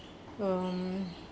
um